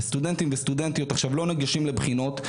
וסטודנטים וסטודנטיות עכשיו לא ניגשים לבחינות.